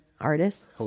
artists